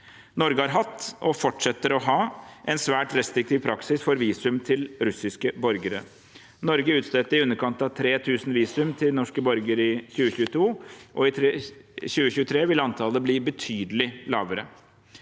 Norge har hatt, og fortsetter å ha, en svært restriktiv praksis for visum til russiske borgere. Norge utstedte i underkant av 3 000 visum til russiske borgere i 2022, og i 2023 vil antallet bli betydelig lavere.